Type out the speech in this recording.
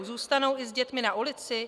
Zůstanou i s dětmi na ulici?